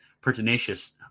pertinacious